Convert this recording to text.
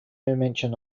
mention